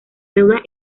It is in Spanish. deudas